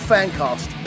Fancast